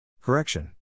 Correction